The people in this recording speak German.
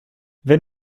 wenn